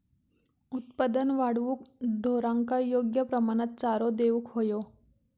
उत्पादन वाढवूक ढोरांका योग्य प्रमाणात चारो देऊक व्हयो